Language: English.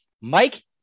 Mike